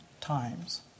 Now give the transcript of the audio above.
times